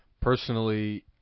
Personally